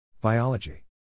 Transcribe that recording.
Biology